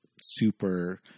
super